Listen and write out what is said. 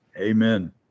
Amen